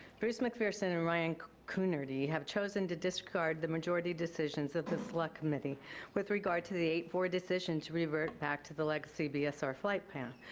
bruce mcpherson and ryan coonerty have chosen to disregard the majority decisions of the select committee with regard to the eight four decision to revert back to the legacy bsr flight path.